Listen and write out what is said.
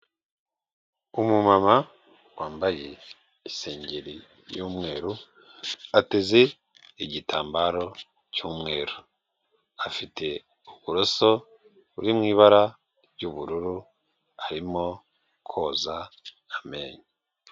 Umumama wambaye isengeri y'umweru ateze igitambaro cy'umweru. Afite uburoso buri mu ibara ry'ubururu arimo koza amenyo.